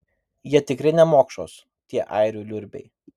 jie tikri nemokšos tie airių liurbiai